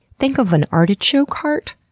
think of an artichoke heart,